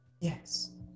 Yes